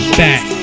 back